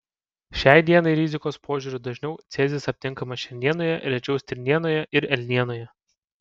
šiai dienai rizikos požiūriu dažniau cezis aptinkamas šernienoje rečiau stirnienoje ir elnienoje